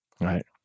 right